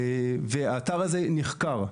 והאתר הזה נחקר.